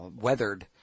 weathered